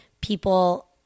people –